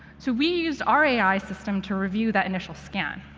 so we used our ai system to review that initial scan.